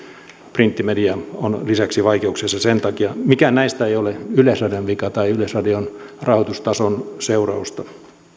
takia on printtimedia lisäksi vaikeuksissa mikään näistä ei ole yleisradion vika tai yleisradion rahoitustason seurausta